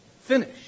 finish